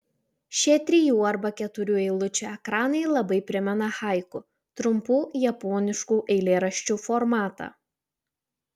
šie trijų arba keturių eilučių ekranai labai primena haiku trumpų japoniškų eilėraščių formatą